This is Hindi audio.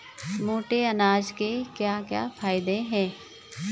मोटे अनाज के क्या क्या फायदे हैं?